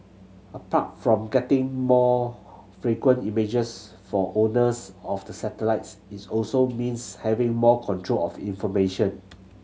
apart from getting more frequent images for owners of the satellites it's also means having more control of information